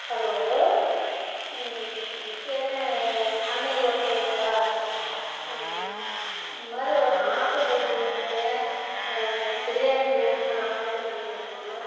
hello ஏங்க அன்னை ஹோட்டலுங்களா இது மாதிரி ஒரு ஆர்ட்ரு பண்ணியிருந்தேங்க பிரியாணி வேணும்னு ஆர்ட்ரு பண்ணியிருந்தேங்க